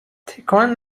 تکان